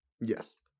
Yes